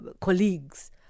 colleagues